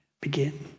begin